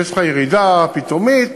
כשיש לך ירידה פתאומית